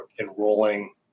enrolling